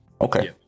Okay